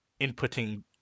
inputting